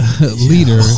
leader